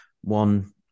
One